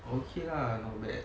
okay lah not bad